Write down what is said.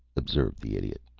observed the idiot,